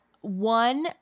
one